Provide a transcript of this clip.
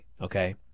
okay